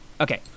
Okay